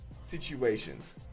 situations